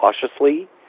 cautiously